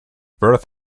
birth